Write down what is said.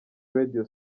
radio